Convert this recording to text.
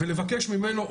ולבקש ממנו,